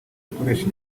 bikoresha